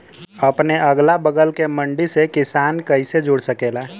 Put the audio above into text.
अपने अगला बगल के मंडी से किसान कइसे जुड़ सकेला?